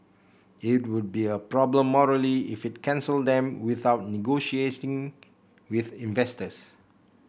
it would be a problem morally if it cancelled them without negotiating with investors